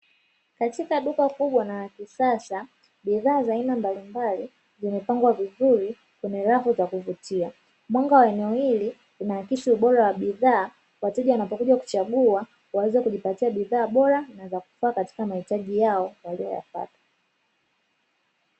Katika duka kubwa na la kisasa bidhaa za aina mbalimbali zimepangwa vizuri kwenye rafu za kuvutia, mwanga wa eneo hili unaakisi ubora wa bidhaa wateja wanapokuja kuchagua waweze kujipatia bidhaa bora na za kufaa katika mahitaji yao walioyapata.